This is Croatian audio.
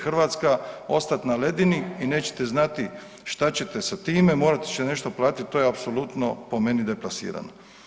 Hrvatska ostat na ledini i nećete znati šta ćete sa time, morat će nešto platit, to je apsolutno po meni deplasirano.